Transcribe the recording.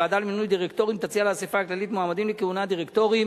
הוועדה למינוי דירקטורים תציע לאספה הכללית מועמדים לכהונת דירקטורים